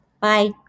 Bye